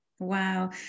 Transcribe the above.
Wow